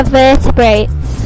vertebrates